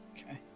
okay